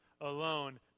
alone